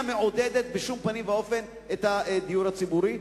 מעודדת בשום פנים ואופן את הדיור הציבורי,